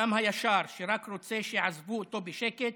האדם הישר שרק רוצה שיעזבו אותו בשקט,